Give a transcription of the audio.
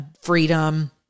freedom